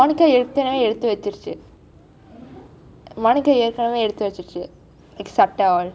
monica clothes எடுத்துவச்சிருச்சு:eduttuvachiruchu monica ஏற்கனவே எடுத்துவச்சிருச்சு:erkenavai eduttuvachiruchu like சட்டை:sattai and all